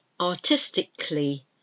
artistically